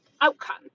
outcome